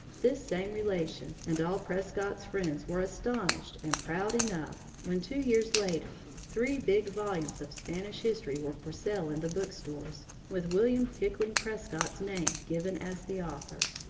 this same relation and all prescott's friends were astonished and proud enough when, two years later, three big volumes of spanish history were for sale in the book-stores, with william hickling prescott's name given as the author.